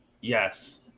Yes